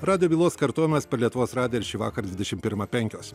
radijo bylos kartojimas per lietuvos radiją ir šįvakar dvidešim pirmą penkios